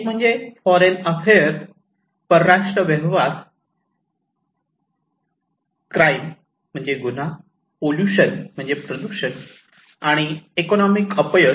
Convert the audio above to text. एक म्हणजे foreign affair परराष्ट्र व्यवहार क्राईम गुन्हा पॉल्युशन प्रदूषण आणि इकॉनोमिक अपयश